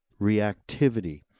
reactivity